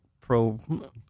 pro